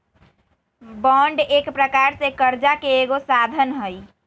bond एक प्रकार से करजा के एगो साधन हइ